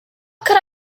could